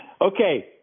Okay